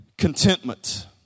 Contentment